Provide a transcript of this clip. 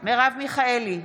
מרב מיכאלי,